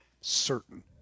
certain